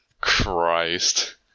christ